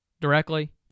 directly